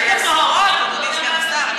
יש גם נוהרות, אדוני סגן השר.